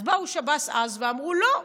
אז באו שב"ס אז ואמרו: לא,